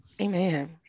Amen